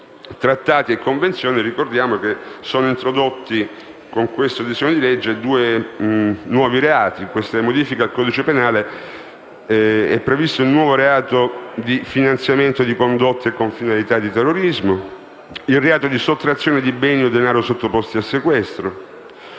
trattati e delle convenzioni, ricordiamo che con il presente disegno di legge si introducono nuovi reati. Con questa modifica del codice penale è previsto il nuovo reato di finanziamento di condotte con finalità di terrorismo, il reato di sottrazione di beni o denaro sottoposti a sequestro.